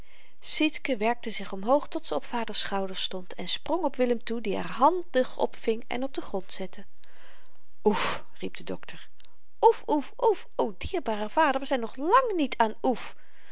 sietske werkte zich omhoog tot ze op vaders schouders stond en sprong op willem toe die haar handig opving en op den grond zette oef riep de dokter oef oef oef o dierbare vader we zyn nog lang niet aan oef